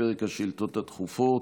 לפרק השאילתות הדחופות.